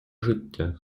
життя